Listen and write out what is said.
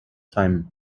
time